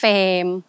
Fame